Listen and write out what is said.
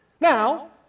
Now